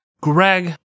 Greg